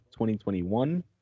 2021